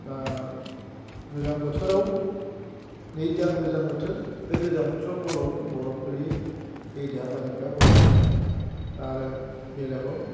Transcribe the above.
दा गोजां बोथोराव नै दा गोजां बोथोर बे गोजां बोथोराव बरफ बरफ गोग्लैयो देहा फानिफ्रा बया मोनो आरो दा आरो बेलेगाव